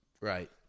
right